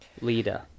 leader